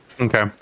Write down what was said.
okay